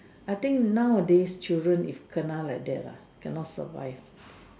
I think nowadays children if kena like that lah cannot survive